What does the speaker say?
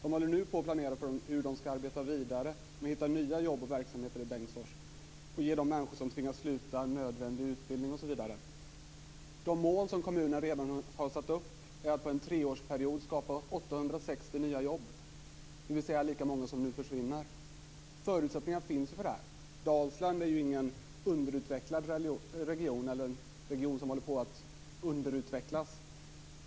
Man håller nu på att planera för hur man skall arbeta vidare för att hitta nya jobb och verksamheter i Bengtsfors, för att ge de människor som tvingas sluta nödvändig utbildning osv. De mål kommunen redan har satt upp är att under en treårsperiod skapa 860 nya jobb, dvs. lika många som nu försvinner. Det finns förutsättningar för det. Dalsland är ju inte någon underutvecklad region eller en region som håller på att bli underutvecklad.